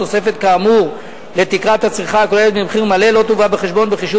תוספת כאמור לתקרת הצריכה הכוללת במחיר מלא לא תובא בחשבון בחישוב